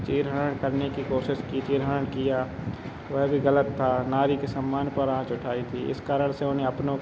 चीर हरण करने की कोशिश की चीर हरण किया वह भी गलत था नारी के सम्मान पर आँच उठाई थी इस कारण से उन्हें अपनों